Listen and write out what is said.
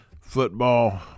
football